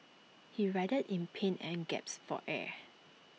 he writhed in pain and gasped for air